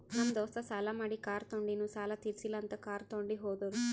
ನಮ್ ದೋಸ್ತ ಸಾಲಾ ಮಾಡಿ ಕಾರ್ ತೊಂಡಿನು ಸಾಲಾ ತಿರ್ಸಿಲ್ಲ ಅಂತ್ ಕಾರ್ ತೊಂಡಿ ಹೋದುರ್